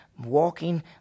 Walking